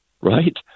right